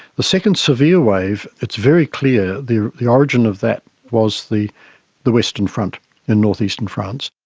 the second severe wave, it's very clear the the origin of that was the the western front in north-eastern france.